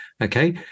okay